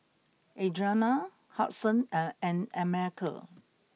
Adriana Hudson and and America